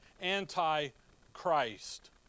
anti-Christ